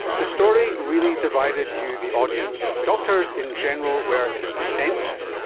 the story really divided you, the audience. doctors in general were incensed.